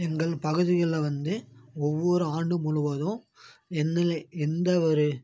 எங்கள் பகுதிகளில் வந்து ஒவ்வொரு ஆண்டு முழுவதும் எந்த ஒரு